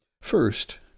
First